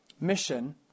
Mission